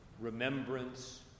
remembrance